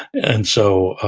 and so